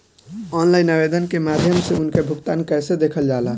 Online आवेदन के माध्यम से उनके भुगतान कैसे देखल जाला?